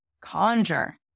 conjure